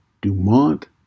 Dumont